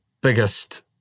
biggest